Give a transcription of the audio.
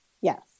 Yes